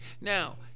Now